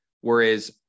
Whereas